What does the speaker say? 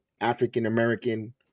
African-American